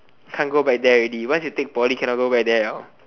can't go back there already once you take poly cannot go back there liao